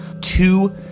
two